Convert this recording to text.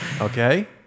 Okay